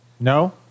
No